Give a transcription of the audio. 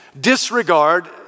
disregard